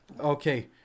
Okay